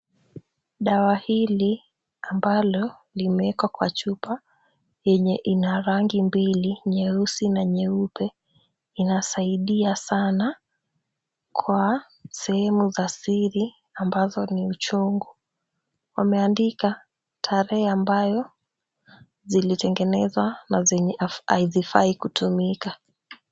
Dawa hili ambalo limewekwa kwa chupa yenye ina rangi mbili, nyeusi na nyeupe, inasaidia sana kwa sehemu za siri ambazo ni uchungu. Wameandika tarehe ambayo zilitengenezwa na zenye hazifai kutumika.